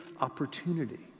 opportunity